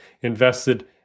invested